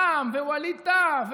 רע"מ ווליד טאהא,